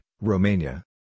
Romania